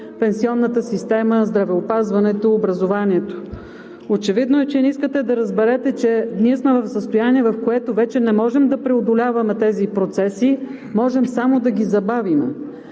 пенсионната система, здравеопазването и образованието. Очевидно е, че не искате да разберете, че ние сме в състояние, в което вече не можем да преодоляваме тези процеси, можем само да ги забавим.